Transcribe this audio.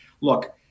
look